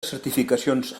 certificacions